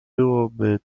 byłoby